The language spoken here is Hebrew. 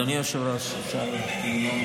אדוני היושב-ראש, אפשר לנאום?